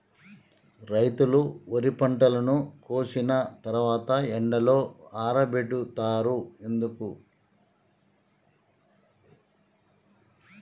రైతులు వరి పంటను కోసిన తర్వాత ఎండలో ఆరబెడుతరు ఎందుకు?